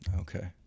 okay